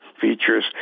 features